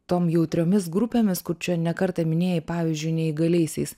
tom jautriomis grupėmis kur čia ne kartą minėjai pavyzdžiui neįgaliaisiais